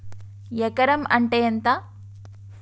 ఎకరం అంటే ఎంత?